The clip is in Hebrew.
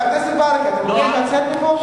חבר הכנסת ברכה, אתם רוצים לצאת מפה?